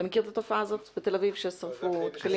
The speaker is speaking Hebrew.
אתה מכיר את התופעה הזאת בתל אביב ששרפו דקלים?